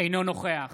אינו נוכח